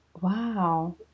Wow